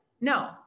No